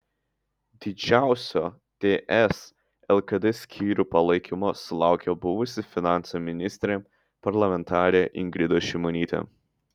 didžiausio ts lkd skyrių palaikymo sulaukė buvusi finansų ministrė parlamentarė ingrida šimonytė